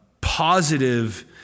positive